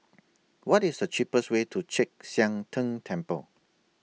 What IS The cheapest Way to Chek Sian Tng Temple